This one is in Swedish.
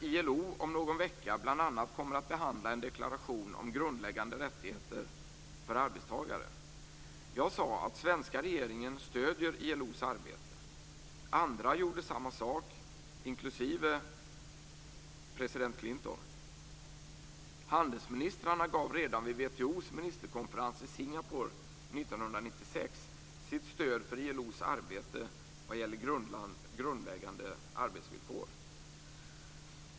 ILO kommer bl.a. att om någon vecka behandla en deklaration om grundläggande rättigheter för arbetstagare. Jag sade att svenska regeringen stöder ILO:s arbete. Andra, inklusive president Clinton, gjorde samma sak. Handelsministrarna gav redan vid WTO:s ministerkonferens i Singapore 1996 sitt stöd för ILO:s arbete vad gäller grundläggande arbetsvillkor.